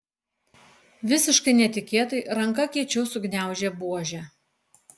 visiškai netikėtai ranka kiečiau sugniaužė buožę